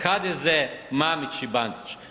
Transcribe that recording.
HDZ, Mamić i Bandić.